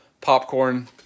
popcorn